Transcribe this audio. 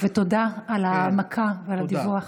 בבקשה, אדוני השר, ותודה על ההעמקה, על הדיווח.